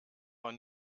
man